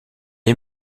est